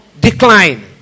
decline